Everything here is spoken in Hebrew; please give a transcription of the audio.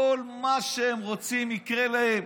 כל מה שהם רוצים יקרה להם.